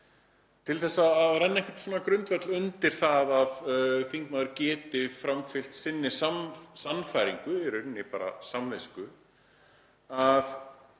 til þess að renna einhverjum grundvelli undir það að þingmaður geti framfylgt sinni sannfæringu, í rauninni bara samvisku, þá